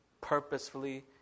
purposefully